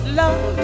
love